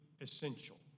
essential